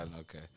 okay